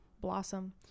blossom